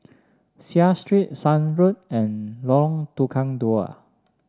Seah Street Shan Road and Lorong Tukang Dua